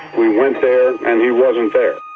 we went there and he wasn't there.